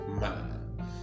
man